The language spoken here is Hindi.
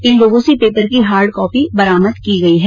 इन लोगों से पेपर की हार्ड कॉपी बरामद की गई है